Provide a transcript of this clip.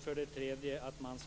För det tredje skall man